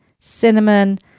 Cinnamon